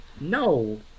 No